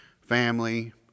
family